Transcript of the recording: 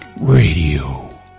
Radio